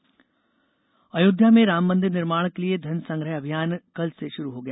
राम मंदिर अयोध्या में राम मंदिर निर्माण के लिए धन संग्रह अभियान कल से शुरू हो गया